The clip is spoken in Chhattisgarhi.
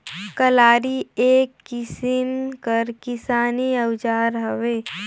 कलारी एक किसिम कर किसानी अउजार हवे